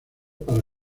para